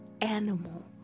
animal